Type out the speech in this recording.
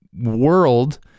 world